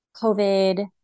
COVID